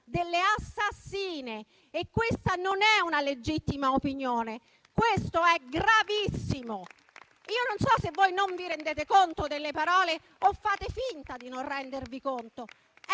delle assassine. Questa non è una legittima opinione, questo è gravissimo. Non so se voi non vi rendiate conto delle parole o facciate finta di non rendervene conto,